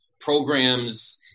programs